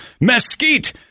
mesquite